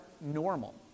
normal